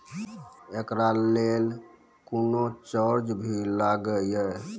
एकरा लेल कुनो चार्ज भी लागैये?